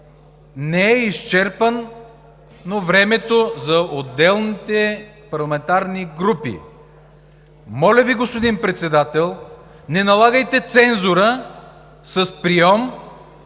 не е изчерпано времето на отделните парламентарни групи. Моля Ви, господин Председател, не налагайте цензура с прийом